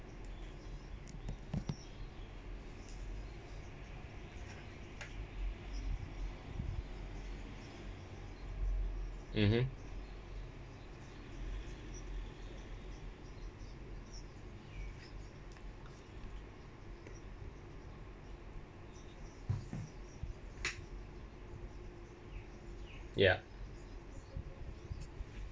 mmhmm ya